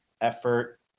effort